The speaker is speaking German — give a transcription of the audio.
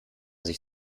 sich